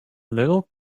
little